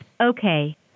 Okay